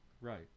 Right